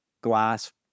glass